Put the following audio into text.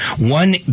one